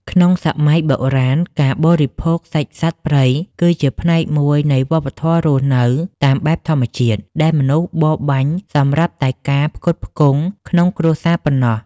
ក្នុងសម័យបុរាណ ការបរិភោគសាច់សត្វព្រៃគឺជាផ្នែកមួយនៃវប្បធម៌រស់នៅតាមបែបធម្មជាតិ ដែលមនុស្សបរបាញ់សម្រាប់តែការផ្គត់ផ្គង់ក្នុងគ្រួសារប៉ុណ្ណោះ។